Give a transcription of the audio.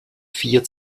vier